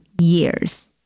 years